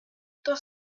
dans